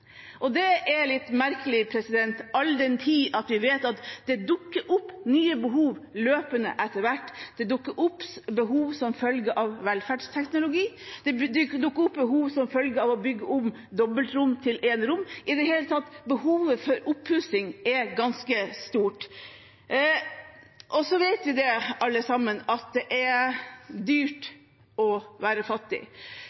Og det er litt merkelig, all den tid vi vet at det dukker opp nye behov etter hvert. Løpende dukker det opp behov som følge av velferdsteknologi og behov som følge av det å bygge om dobbeltrom til enerom. I det hele tatt, behovet for oppussing er ganske stort. Vi vet alle at det er dyrt